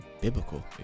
biblical